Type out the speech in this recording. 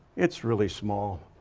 it's really small.